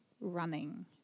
running